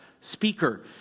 speaker